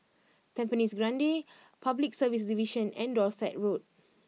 Tampines Grande Public Service Division and Dorset Road